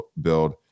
build